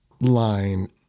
line